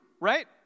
right